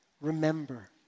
Remember